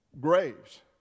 graves